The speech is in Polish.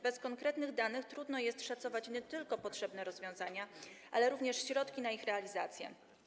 Bez konkretnych danych trudno jest szacować nie tylko potrzebne rozwiązania, ale również środki na ich realizację.